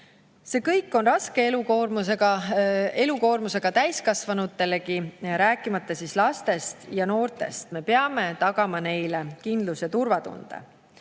See kõik on raske elukogemusega täiskasvanutelegi, rääkimata siis lastest ja noortest. Me peame tagama neile kindlus‑ ja turvatunde.